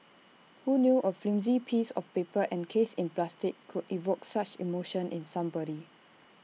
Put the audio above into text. who knew A flimsy piece of paper encased in plastic could evoke such emotion in somebody